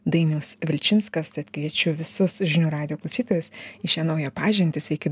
dainius vilčinskas tad kviečiu visus žinių radijo klausytojus į šią naują pažintį sveiki